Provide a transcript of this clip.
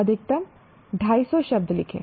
अधिकतम 250 शब्द लिखें